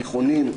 תיכונים.